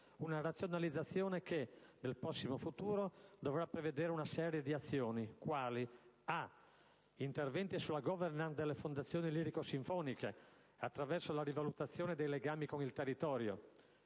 razionalizzazione, nel prossimo futuro, dovrà prevedere una serie di azioni quali, innanzitutto, interventi sulla *governance* delle fondazioni lirico-sinfoniche, attraverso la rivalutazione dei legami con il territorio.